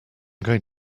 going